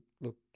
look